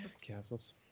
Castles